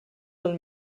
del